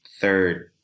third